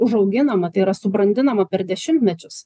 užauginama tai yra subrandinama per dešimtmečius